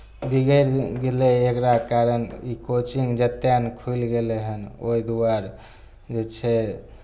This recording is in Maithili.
बिगड़ि गेलै एकरा कारण ई कोचिंग जतेक ने खुलि गेलै हन ओहि दुआरे जे छै